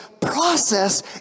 process